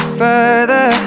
further